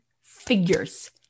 figures